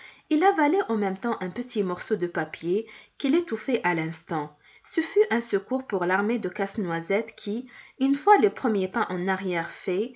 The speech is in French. antagonistes il avalait en même temps un petit morceau de papier qui l'étouffait à l'instant ce fut un secours pour l'armée de casse-noisette qui une fois les premiers pas en arrière faits